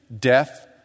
death